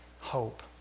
hope